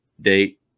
date